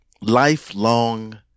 lifelong